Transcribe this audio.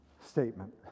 Statement